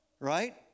Right